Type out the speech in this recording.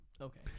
Okay